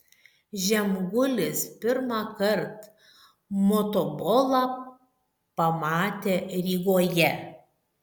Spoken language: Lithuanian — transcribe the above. žemgulis pirmąkart motobolą pamatė rygoje